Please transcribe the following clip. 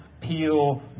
peel